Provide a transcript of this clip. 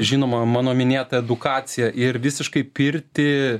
žinoma mano minėta edukacija ir visiškai pirtį